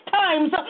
times